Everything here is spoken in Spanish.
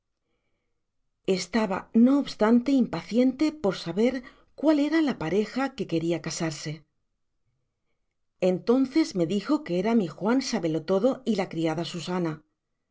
estaba no obstante impaciente por saber cuál era la pareja que queria casarse entonces me dijo que era mi juan sabelotodo y la criada susana